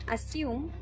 Assume